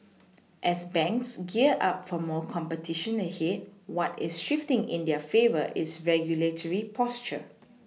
as banks gear up for more competition ahead what is shifting in their favour is regulatory posture